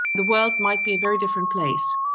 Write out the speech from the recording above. the world might be a very different place.